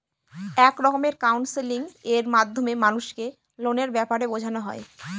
এক রকমের কাউন্সেলিং এর মাধ্যমে মানুষকে লোনের ব্যাপারে বোঝানো হয়